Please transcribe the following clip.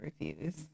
reviews